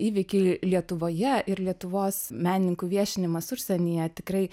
įvykiai lietuvoje ir lietuvos menininkų viešinimas užsienyje tikrai